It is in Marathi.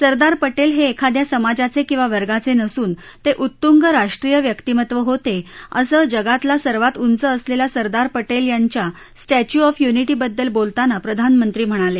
सरदार पटेल हे एखाद्या समाजाचे किंवा वर्गाचे नसून ते उत्तूंग राष्ट्रीय व्यक्तीमत्व होते असं जगातला सर्वात उंच असलेल्या सरदार पटेल यांच्या स्टॅच्यू ऑफ युनिटीबद्दल बोलताना प्रधानमंत्री म्हणाले